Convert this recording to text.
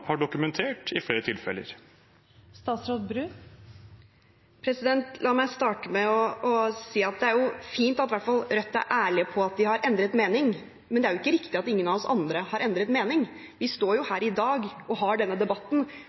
har dokumentert i flere tilfeller? La meg starte med å si at det jo er fint at i hvert fall Rødt er ærlige om at de har endret mening, men det er jo ikke riktig at ingen av oss andre har endret mening. Vi står jo her i dag og har denne debatten